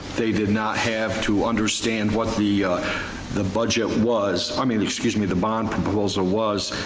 they did not have to understand what the the budget was, i mean, excuse me, the bond proposal was.